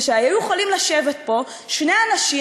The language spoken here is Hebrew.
שהיו יכולים לשבת פה שני אנשים,